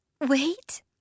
Wait